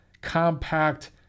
compact